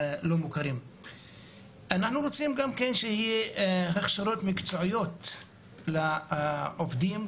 אנחנו רוצים גם שיהיו הכשרות מקצועיות לעובדים,